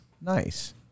Nice